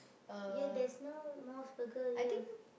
ya there's no Mos-Burger here